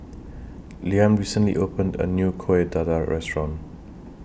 Liam recently opened A New Kuih Dadar Restaurant